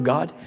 God